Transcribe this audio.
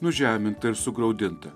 nužeminta ir sugraudinta